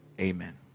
Amen